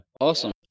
Awesome